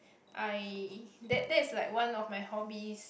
I that that is like one of my hobbies